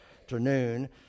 afternoon